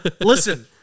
Listen